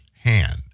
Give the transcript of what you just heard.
hand